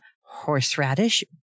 horseradish